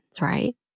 right